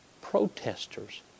protesters